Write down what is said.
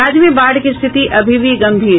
राज्य में बाढ़ की स्थिति अभी भी गंभीर